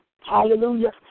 Hallelujah